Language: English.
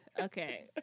Okay